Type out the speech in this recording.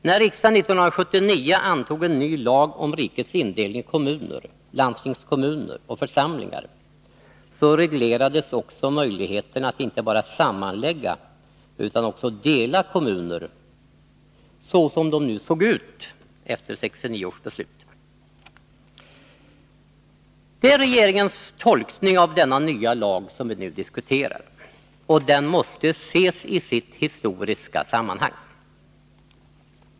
När riksdagen 1979 antog en ny lag om rikets indelning i kommuner, landstingskommuner och församlingar, reglerades också möjligheten att inte bara sammanlägga utan också dela kommuner, såsom de nu såg ut efter sammanläggningsbesluten. Det är regeringens tolkning av denna nya lag som vi nu diskuterar. Lagen måste ses i sitt historiska sammanhang.